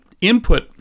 input